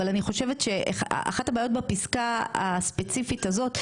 אבל אני חושבת שאחת הבעיות בפסקה הספציפית הזאת,